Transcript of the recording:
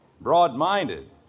Broad-minded